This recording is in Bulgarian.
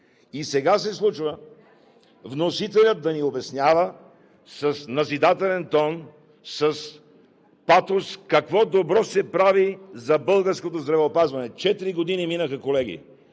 и сега се случва, вносителят да ни обяснява с назидателен тон, с патос какво добро се прави за българското здравеопазване. Четири години минаха, колеги!